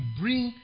bring